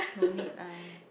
no need ah